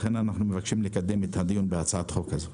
לכן אנחנו מבקשים לקדם את הדיון בהצעת החוק הזו.